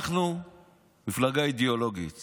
אנחנו מפלגה אידיאולוגית